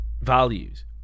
values